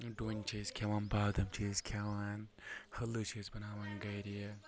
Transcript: ڈونۍ چھِ أسۍ کھٮ۪وان بادم چھِ أسۍ کھٮ۪وان حٔلوٕ چھِ أسۍ بناوان گرِ